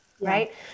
Right